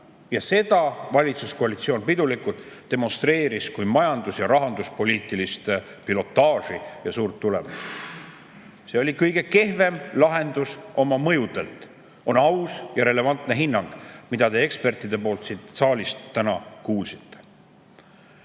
valitsuskoalitsioon pidulikult kui majandus‑ ja rahanduspoliitilist [kõrg]pilotaaži ja suurt tulemust. See oli kõige kehvem lahendus oma mõjudelt, on aus ja relevantne hinnang, mida te ekspertidelt siin saalis täna kuulsite.